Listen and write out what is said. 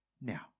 now